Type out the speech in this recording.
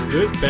Good